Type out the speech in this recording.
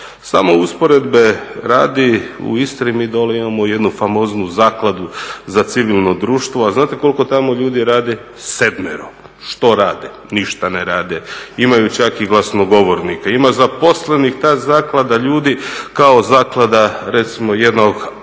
Samo usporedbe radi u Istri mi dolje imamo jednu famoznu Zakladu za civilno društvo, a znate koliko tamo ljudi radi? 7. Što rade? Ništa ne rade. Imaju čak i glasnogovornika, ima zaposlenih ta zaklada ljudi kao zaklada recimo jednog